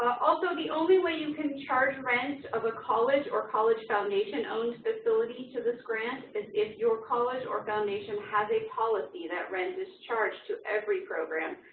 also, the only way you can charge rent of a college or college foundation owned facility to this grant, is if your college or foundation has a policy that rent is charged to every program,